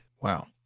Wow